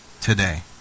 today